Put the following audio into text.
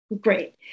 Great